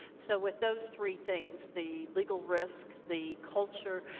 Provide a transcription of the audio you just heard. so with those three things the legal risk, the culture,